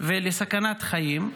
ולסכנת חיים.